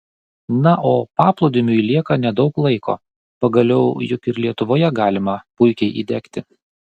na o paplūdimiui lieka nedaug laiko pagaliau juk ir lietuvoje galima puikiai įdegti